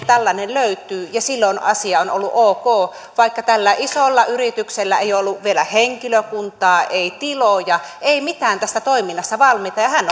tällainen löytyy ja silloin asia on ollut ok vaikka tällä isolla yrityksellä ei ollut vielä henkilökuntaa ei tiloja ei mitään tässä toiminnassa valmista ja ja hän